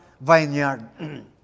vineyard